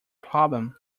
problem